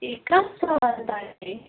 ए कहाँ छौ अन्त अहिले